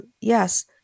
yes